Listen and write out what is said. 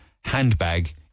handbag